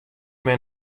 men